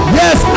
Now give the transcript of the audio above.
yes